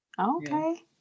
Okay